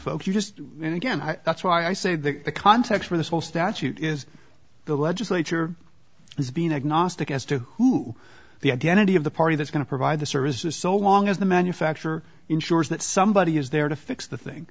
just and again i that's why i say that the context of this whole statute is the legislature is being agnostic as to who the identity of the party that's going to provide the services so long as the manufacturer ensures that somebody is there to fix the